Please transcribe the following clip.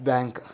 Bank